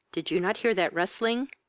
did you not hear that rustling?